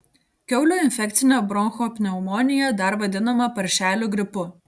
kiaulių infekcinė bronchopneumonija dar vadinama paršelių gripu